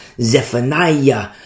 Zephaniah